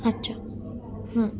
अच्छा हं